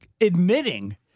admitting